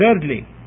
Thirdly